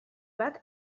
bat